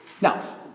Now